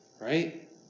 right